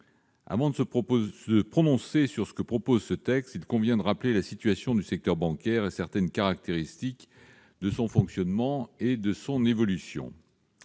Avant de se prononcer sur ce texte, il convient de rappeler la situation du secteur bancaire et certaines caractéristiques de son fonctionnement et de son évolution.